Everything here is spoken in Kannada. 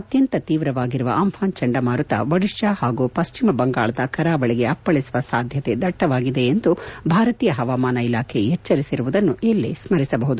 ಅತ್ಯಂತ ತೀವ್ರವಾಗಿರುವ ಆಂಫಾನ್ ಚಂಡಮಾರುತ ಒಡಿಶಾ ಹಾಗೂ ಪಶ್ಲಿಮ ಬಂಗಾಳದ ಕರಾವಳಿಗೆ ಅಪ್ಪಳಿಸುವ ಸಾಧ್ಯತೆ ದಟ್ಲವಾಗಿದೆ ಎಂದು ಭಾರತೀಯ ಹವಾಮಾನ ಇಲಾಖೆ ಎಚ್ಲರಿಸಿರುವುದನ್ನು ಇಲ್ಲಿ ಸ್ತರಿಸಬಹುದು